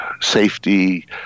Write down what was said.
safety